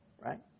right